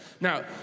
Now